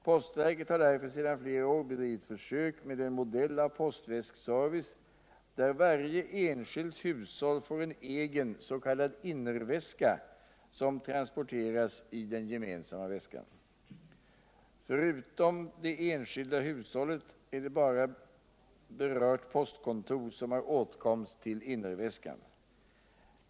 Postverket har därför sedan flera år bedrivit försök med en modell av postväskservice där varje enskilt hushåll får en egen s.k. innerviäska som transporteras i den gemensamma väskan. Förutom det enskilda hushållet är det bara berört postkontor som har åtkomst till innerväskan.